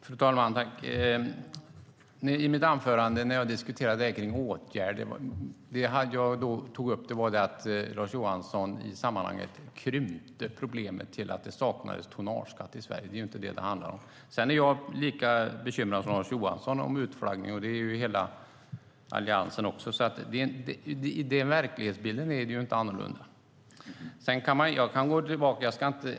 Fru talman! När jag i mitt anförande diskuterade kring åtgärder var det som jag då tog upp att Lars Johansson i sammanhanget krympte problemet till att det saknades tonnageskatt i Sverige. Det är ju inte det som det handlar om. Sedan är jag lika bekymrad som Lars Johansson över utflaggning. Det är hela Alliansen också. Verklighetsbilden är ju inte annorlunda.